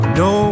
no